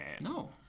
No